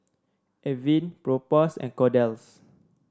Avene Propass and Kordel's